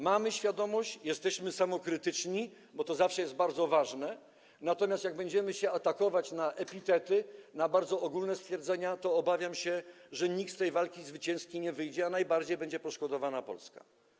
Mamy świadomość, jesteśmy samokrytyczni, bo to zawsze jest bardzo ważne, natomiast jeśli będziemy się atakować na epitety i na bardzo ogólne stwierdzenia, to obawiam się, że nikt z tej walki zwycięsko nie wyjdzie, a najbardziej będzie poszkodowana Polska.